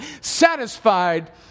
satisfied